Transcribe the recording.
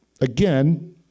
Again